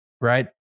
right